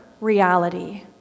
reality